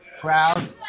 crowd